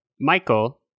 Michael